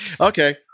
Okay